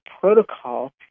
protocol